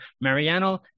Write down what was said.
mariano